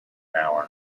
hour